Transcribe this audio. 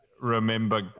remember